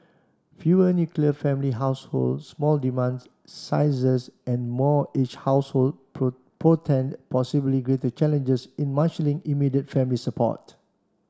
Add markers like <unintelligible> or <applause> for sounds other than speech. fewer nuclear family households small <unintelligible> sizes and more aged households <unintelligible> portend possibly greater challenges in marshalling immediate family support